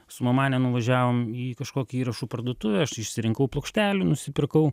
su mamane nuvažiavom į kažkokią įrašų parduotuvę aš išsirinkau plokštelių nusipirkau